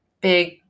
big